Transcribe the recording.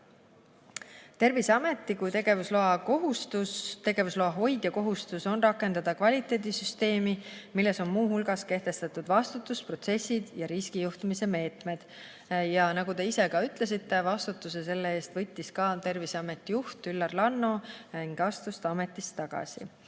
Terviseameti kui tegevusloa hoidja kohustus on rakendada kvaliteedisüsteemi, milles on muu hulgas kehtestatud vastutusprotsessid ja riskijuhtimise meetmed. Nagu te ka ise ütlesite, siis vastutuse selle eest võttis Terviseameti juht Üllar Lanno ning astus ametist tagasi.